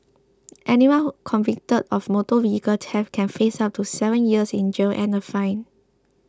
anyone who convicted of motor vehicle theft can face up to seven years in jail and a fine